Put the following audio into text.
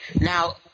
Now